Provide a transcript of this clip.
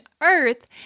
earth